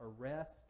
arrest